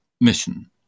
mission